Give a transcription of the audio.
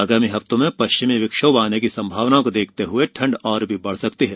आगामी हफ्तों में पश्चिमी विक्षोभ आने की संभावना को देखते हुए ठंड और भी बढ़ सकती है